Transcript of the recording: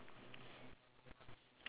she's cutting two pears and one banana